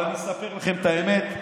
אבל אני אספר לכם את האמת: